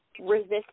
resist